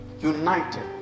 United